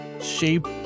shape